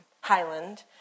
Highland